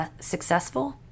successful